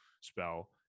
spell